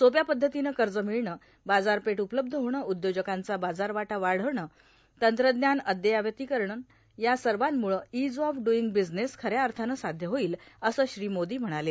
सोप्या पद्धतीनं कर्ज मिळणं बाजारपेठ उपलब्ध होणं उद्योजकांचा बाजारवाटा वाढवणं तंत्रज्ञान अद्ययावतीकरण या सर्वांमुळं ईज ऑफ डुईंग बिजनेस खऱ्या अर्थानं साध्य होईल असं श्री मोदी म्हणाले